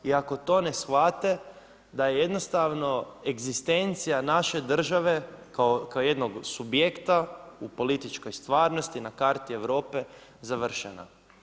I ako to ne shvate da je jednostavno egzistencija naše države kao jednog subjektima u političkoj stvarnosti na karti Europi završena.